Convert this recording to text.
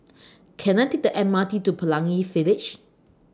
Can I Take The M R T to Pelangi Village